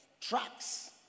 trucks